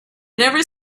never